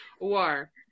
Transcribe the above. war